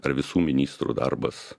ar visų ministrų darbas